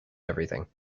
everything